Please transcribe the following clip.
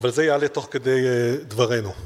אבל זה יעלה תוך כדי דברינו